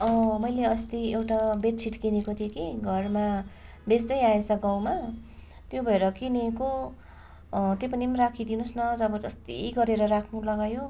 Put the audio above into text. मैले अस्ति एउटा बेड सिट किनेको थिएँ कि घरमा बेच्दै आएछ गाउँमा त्यही भएर किनेको त्यो पनि राखिदिनुहोस् न जबरजस्ती गरेर राख्नु लगायो